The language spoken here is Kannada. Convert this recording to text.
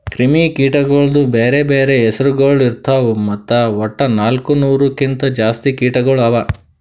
ಕ್ರಿಮಿ ಕೀಟಗೊಳ್ದು ಬ್ಯಾರೆ ಬ್ಯಾರೆ ಹೆಸುರಗೊಳ್ ಇರ್ತಾವ್ ಮತ್ತ ವಟ್ಟ ನಾಲ್ಕು ನೂರು ಕಿಂತ್ ಜಾಸ್ತಿ ಕೀಟಗೊಳ್ ಅವಾ